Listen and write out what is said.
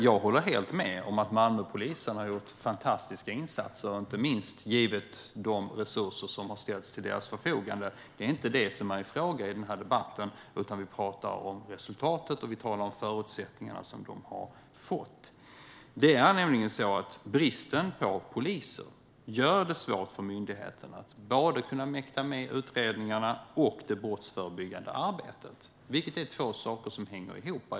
Jag håller helt med om att Malmöpolisen har gjort fantastiska insatser inte minst givet de resurser som ställts till deras förfogande. Det är inte det som är i fråga i debatten. Vi talar om resultatet och förutsättningarna som de har fått. Bristen på poliser gör det svårt för myndigheten att kunna mäkta med både utredningarna och det brottsförebyggande arbetet, vilket är två saker som hänger ihop.